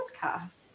podcast